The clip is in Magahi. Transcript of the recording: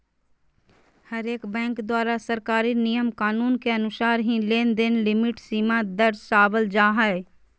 हरेक बैंक द्वारा सरकारी नियम कानून के अनुसार ही लेनदेन लिमिट सीमा दरसावल जा हय